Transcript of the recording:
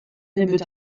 nebeud